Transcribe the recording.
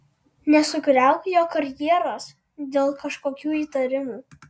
nesugriauk jo karjeros dėl kažkokių įtarimų